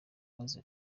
amaze